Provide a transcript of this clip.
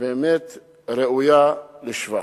שבאמת ראויה לשבח.